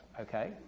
okay